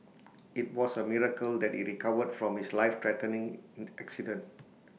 IT was A miracle that he recovered from his lifethreatening in accident